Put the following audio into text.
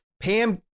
Pam